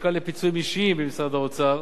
הלשכה לפיצויים אישיים במשרד האוצר,